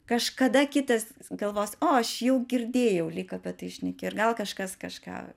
kažkada kitas galvos o aš jau girdėjau lyg apie tai šnekė ir gal kažkas kažką